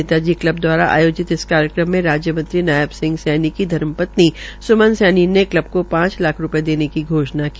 नेता जी कल्ब दवारा आयोजित इस कार्यक्रम में राज्य मंत्री नायब सिंह सैनी की धर्मपत्नी स्मन सैनी ने कल्ब को पांच लाख रूपये देने की घोषणा की